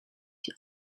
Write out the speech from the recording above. die